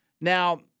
Now